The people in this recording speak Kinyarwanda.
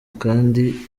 kandi